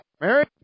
Mary